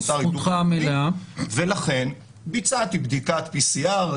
ולכן ביצעתי בדיקת PCR,